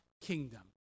kingdom